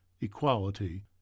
equality